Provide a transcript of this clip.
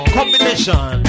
Combination